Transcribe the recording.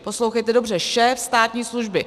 Poslouchejte dobře šéf státní služby.